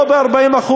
לא ב-40%,